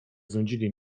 znudzili